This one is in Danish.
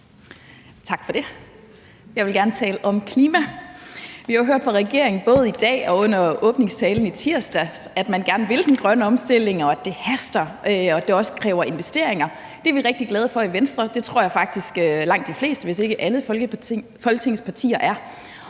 Tak for det. Jeg vil gerne tale om klima. Vi har jo hørt fra regeringen, både i dag og under åbningstalen i tirsdags, at man gerne vil den grønne omstilling, og at det haster, og at det også kræver investeringer. Det er vi rigtig glade for i Venstre. Det tror jeg faktisk langt de fleste hvis ikke alle Folketingets partier er,